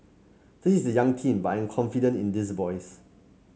this is a young team but I am confident in these boys